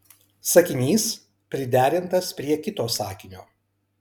sakinys priderintas prie kito sakinio